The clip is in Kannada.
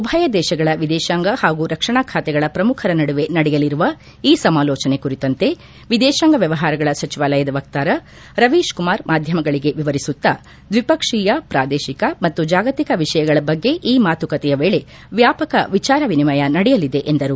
ಉಭಯ ದೇಶಗಳ ವಿದೇಶಾಂಗ ಹಾಗೂ ರಕ್ಷಣಾ ಖಾತೆಗಳ ಪ್ರಮುಖರ ನಡುವೆ ನಡೆಯಲಿರುವ ಈ ಸಮಾಲೋಚನೆ ಕುರಿತಂತೆ ವಿದೇಶಾಂಗ ವ್ಲವಹಾರಗಳ ಸಚಿವಾಲಯದ ವಕ್ತಾರ ರವೀಶ್ ಕುಮಾರ್ ಮಾಧ್ಯಮಗಳಿಗೆ ವಿವರಿಸುತ್ತಾ ದ್ವಿಪಕ್ಷೀಯ ಪ್ರಾದೇಶಿಕ ಮತ್ತು ಜಾಗತಿಕ ವಿಷಯಗಳ ಬಗ್ಗೆ ಈ ಮಾತುಕತೆಯ ವೇಳೆ ವ್ಲಾಪಕ ವಿಚಾರ ವಿನಿಮಯ ನಡೆಯಲಿದೆ ಎಂದರು